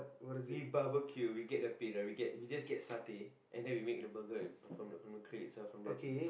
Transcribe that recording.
we barbecue we get a pit and we get we just get satay and then we make the burger from the from the tray itself from the